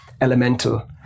elemental